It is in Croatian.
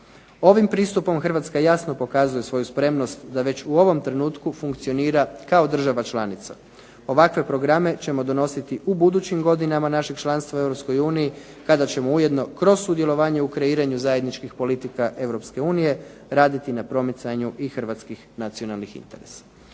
Ovim pristupom Hrvatska jasno pokazuje svoju spremnost da već u ovom trenutku funkcionira kao država članica. Ovakve programe ćemo donositi u budućim godinama našeg članstva u Europskoj uniji kada ćemo ujedno kroz sudjelovanje u kreiranju zajedničkih politika Europske unije raditi na promicanju i Hrvatskih nacionalnih interesa.